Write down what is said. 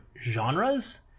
genres